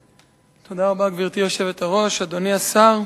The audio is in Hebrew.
גברתי היושבת-ראש, תודה רבה, אדוני השר,